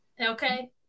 Okay